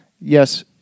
yes